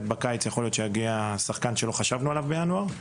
להיות שבקיץ יגיע שחקן שלא חשבנו עליו בינואר.